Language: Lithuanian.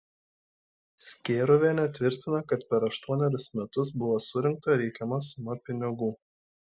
skėruvienė tvirtina kad per aštuonerius metus buvo surinkta reikiama suma pinigų